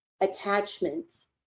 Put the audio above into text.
attachments